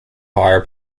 higher